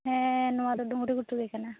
ᱦᱮᱸ ᱱᱚᱶᱟ ᱫᱚ ᱰᱩᱝᱨᱤ ᱜᱷᱩᱴᱩ ᱜᱮ ᱠᱟᱱᱟ